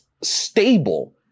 stable